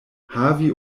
havi